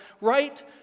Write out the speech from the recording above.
right